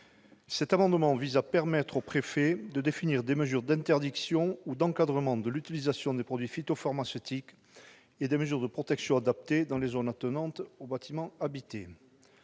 Cet amendement vise à permettre aux préfets de définir des mesures d'interdiction ou d'encadrement de l'utilisation des produits phytopharmaceutiques et des mesures de protection adaptées dans les zones attenantes aux bâtiments habités.